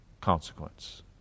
consequence